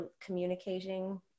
communicating